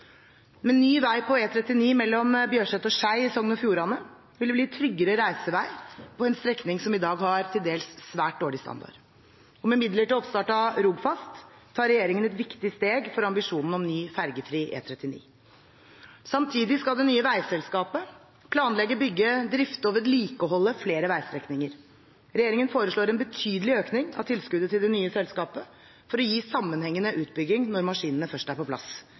Med ny vei på E39 mellom Bjørset og Skei i Sogn og Fjordane vil det bli tryggere reisevei på en strekning som i dag har til dels svært dårlig standard. Og med midler til oppstart av Rogfast tar regjeringen et viktig steg for ambisjonen om ny fergefri E39. Samtidig skal det nye veiselskapet planlegge, bygge, drifte og vedlikeholde flere veistrekninger. Regjeringen foreslår en betydelig økning av tilskuddet til det nye selskapet for å gi sammenhengende utbygging når maskinene først er på plass.